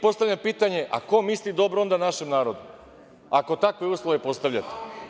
Postavljam pitanje – ko misli dobro onda našem narodu, ako takve uslove postavljate?